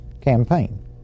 campaign